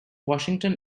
washington